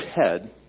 Ted